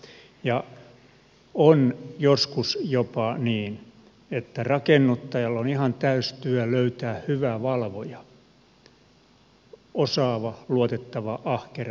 ja on joskus jopa niin että rakennuttajalla on ihan täysi työ löytää hyvä valvoja osaava luotettava ahkera